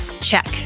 Check